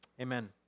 Amen